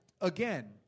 again